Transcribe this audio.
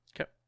Okay